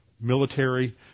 military